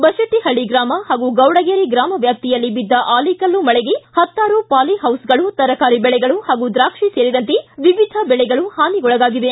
ಬಶೆಟ್ಟಹಳ್ಳಿ ಗ್ರಾಮ ಹಾಗೂ ಗೌಡಗೆರೆ ಗ್ರಾಮ ವ್ಯಾಪ್ತಿಯಲ್ಲಿ ಬಿದ್ದ ಆಲಿಕಲ್ಲು ಮಳೆಗೆ ಹತ್ತಾರು ಪಾಲಿಹೌಸ್ಗಳು ತರಕಾರಿ ಬೆಳೆಗಳು ಹಾಗೂ ದ್ರಾಕ್ಷಿ ಸೇರಿದಂತೆ ವಿವಿಧ ಬೆಳೆಗಳು ಹಾನಿಗೊಳಗಾಗಿವೆ